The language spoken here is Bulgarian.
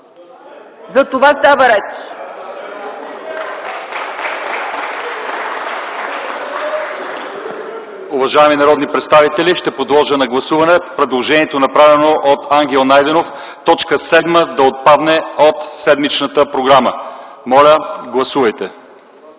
Затова става реч.